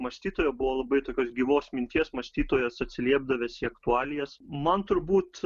mąstytojo buvo labai tokios gyvos minties mąstytojas atsiliepdavęs į aktualijas man turbūt